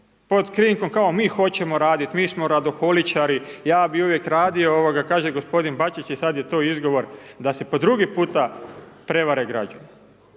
Pod krinkom kao mi hoćemo raditi, mi smo radoholičari, ja bih uvijek radio, ovoga, kaže gospodin Bačić i to je sad izgovor da se po drugi puta prevare građani.